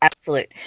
absolute